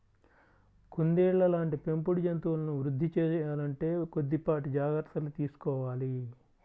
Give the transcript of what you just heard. కుందేళ్ళ లాంటి పెంపుడు జంతువులను వృద్ధి సేయాలంటే కొద్దిపాటి జాగర్తలు తీసుకోవాలి